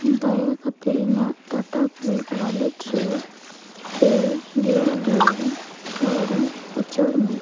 ᱫᱟᱭᱟ ᱠᱟᱛᱮᱫ ᱤᱧᱟᱹᱜ ᱴᱟᱴᱟ ᱠᱩᱭᱤᱠ ᱚᱣᱟᱞᱮᱴ ᱨᱮ ᱯᱮ ᱜᱮᱞ ᱜᱮᱞ ᱠᱟᱹᱣᱰᱤ ᱩᱪᱟᱹᱲ ᱢᱮ